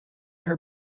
her